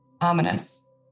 ominous